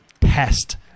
test